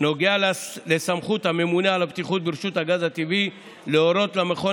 נוגע לסמכות הממונה על הבטיחות ברשות הגז הטבעי להורות למכון